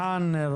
בחן,